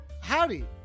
Howdy